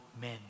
men